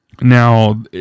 Now